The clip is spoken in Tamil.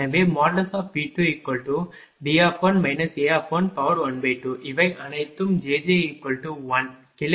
எனவே V2D1 A12 இவை அனைத்தும் jj1 கிளை எண் 1m11m22 தொடரும்